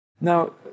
Now